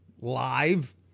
live